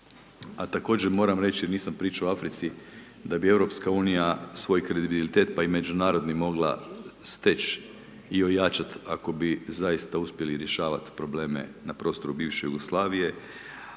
a također moram reći jer nisam pričao o Africi, da bi Europska unija svoj kredibilitet, pa i međunarodni, mogla steć' i ojačat ako bi zaista uspjeli rješavat probleme na prostoru bivše Jugoslavije,